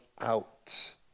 out